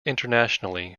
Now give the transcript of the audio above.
internationally